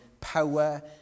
power